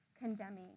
condemning